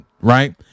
right